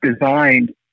designed